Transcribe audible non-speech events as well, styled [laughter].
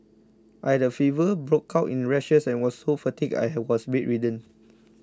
I had a fever broke out in rashes and was so fatigued I [unintelligible] was bedridden